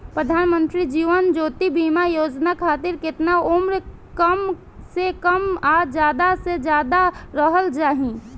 प्रधानमंत्री जीवन ज्योती बीमा योजना खातिर केतना उम्र कम से कम आ ज्यादा से ज्यादा रहल चाहि?